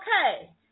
okay